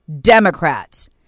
Democrats